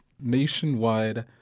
nationwide